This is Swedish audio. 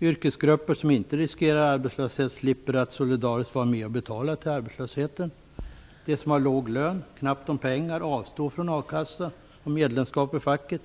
Yrkesgrupper som inte riskerar arbetslöshet slipper att solidariskt vara med och betala till arbetslösheten. De som har låg lön och knappt om pengar avstår från a-kassa och medlemskap i facket.